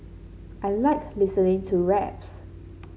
I like listening to raps